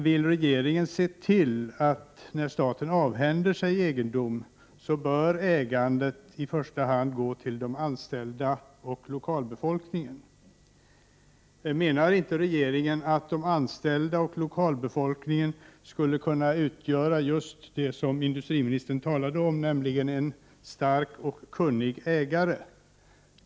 Vill regeringen när staten avhänder sig egendom se till att ägandet i första hand bör gå till de anställda och lokalbefolkningen? Menar inte regeringen att de anställda och lokalbefolkningen skulle kunna utgöra just det som industriministern talade om, nämligen en stark och kunnig ägare?